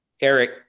Eric